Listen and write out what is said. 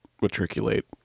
matriculate